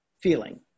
feeling